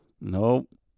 nope